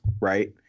Right